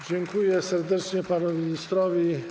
Dziękuję serdecznie panu ministrowi.